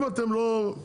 אם אתם לא,